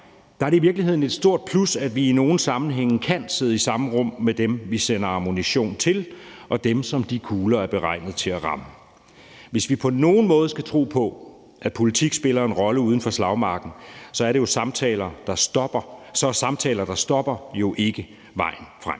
mig er det i virkeligheden et stort plus, at vi i nogle sammenhænge kan sidde i samme rum med dem, vi sender ammunition til, og dem, som de kugler er beregnet til at ramme. Hvis vi på nogen måde skal tro på, at politik spiller en rolle uden for slagmarken, er samtaler, der stopper, jo ikke vejen frem.